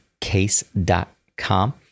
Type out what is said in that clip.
Case.com